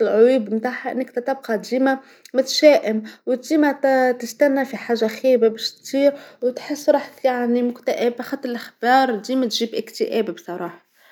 العيوب متاعها تتبقى ديما متشائم وديما ت- تستنى في حاجه خايبه باش تصير وتحس روحك يعني مكتئب علاخاطر الاخبار ديما تجيب الإكتئاب بصراحه.